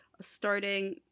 starting